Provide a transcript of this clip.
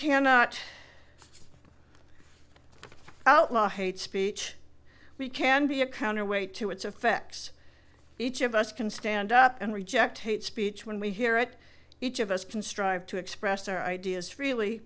cannot outlaw hate speech we can be a counterweight to its effects each of us can stand up and reject hate speech when we hear it each of us can strive to express our ideas freely